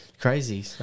Crazy